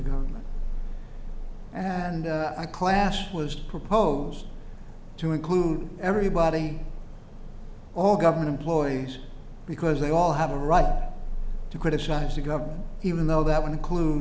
government and i class was proposed to include everybody all government employees because they all have a right to criticize the government even though that w